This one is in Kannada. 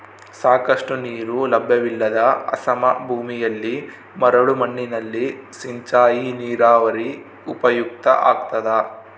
ಸಾಕಷ್ಟು ನೀರು ಲಭ್ಯವಿಲ್ಲದ ಅಸಮ ಭೂಮಿಯಲ್ಲಿ ಮರಳು ಮಣ್ಣಿನಲ್ಲಿ ಸಿಂಚಾಯಿ ನೀರಾವರಿ ಉಪಯುಕ್ತ ಆಗ್ತದ